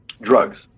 drugs